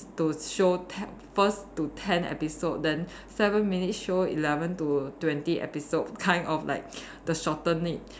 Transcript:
to show ten first to ten episode then seven minute show eleven to twenty episode kind of like the shorten it